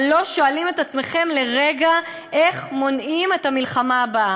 אבל לא שואלים את עצמכם לרגע איך מונעים את המלחמה הבאה.